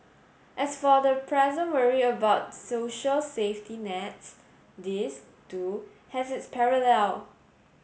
as for the present worry about social safety nets this too has its parallel